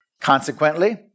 Consequently